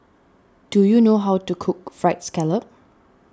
do you know how to cook Fried Scallop